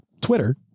Twitter